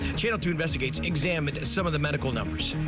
channel two investigates examined some of the medical numbers.